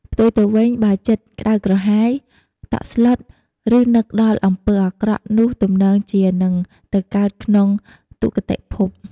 ផ្ទុយទៅវិញ បើចិត្តក្តៅក្រហាយ តក់ស្លុត ឬនឹកដល់អំពើអាក្រក់ នោះទំនងជានឹងទៅកើតក្នុងទុគតិភព។